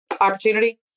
opportunity